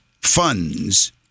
funds